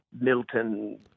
Milton